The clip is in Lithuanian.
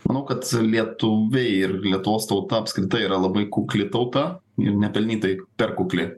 manau kad lietuviai ir lietuvos tauta apskritai yra labai kukli tauta ir nepelnytai per kukli